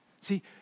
See